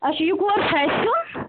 اچھا یہِ کور چھُ اَسہِ یُن